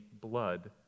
blood